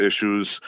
issues